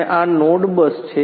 અને આ નોડ બસ છે